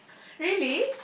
really